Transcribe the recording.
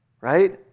Right